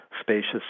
spacious